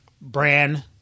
brand